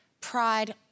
pride